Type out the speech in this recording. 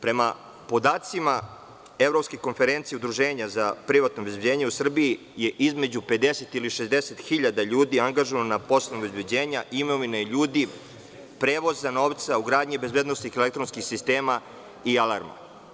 Prema podacima Evropske konferencije udruženja za privatno obezbeđenje, u Srbiji je izmešu 50 i 60 hiljada ljudi angažovano na poslu obezbeđenja imovine, ljudi, prevoza, novca, ugradnji bezbednosnih elektronskih sistema i alarma.